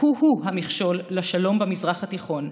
הוא הוא המכשול לשלום במזרח התיכון,